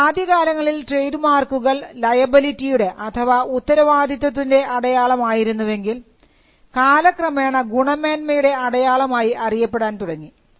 അപ്പോൾ ആദ്യകാലങ്ങളിൽ ട്രേഡ് മാർക്കുകൾ ലയബിലിറ്റിയുടെ അഥവാ ഉത്തരവാദിത്വത്തിൻറെ അടയാളം ആയിരുന്നുവെങ്കിൽ കാലക്രമേണ ഗുണമേന്മയുടെ അടയാളമായി അറിയപ്പെടാൻ തുടങ്ങി